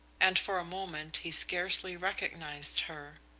and for a moment he scarcely recognised her.